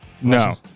No